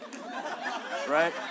right